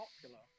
popular